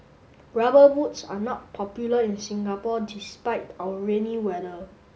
rubber boots are not popular in Singapore despite our rainy weather